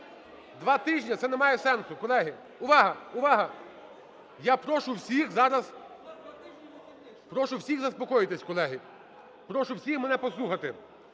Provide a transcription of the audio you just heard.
Два тижні це не має сенсу, колеги, увага, увага. Я прошу всіх зараз, прошу всіх заспокоїтись, колеги, прошу всіх мене послухати.